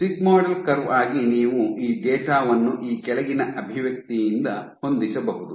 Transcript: sigmoidal curve ಆಗಿ ನೀವು ಈ ಡೇಟಾ ವನ್ನು ಈ ಕೆಳಗಿನ ಅಭಿವ್ಯಕ್ತಿಯಿಂದ ಹೊಂದಿಸಬಹುದು